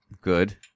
Good